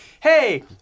hey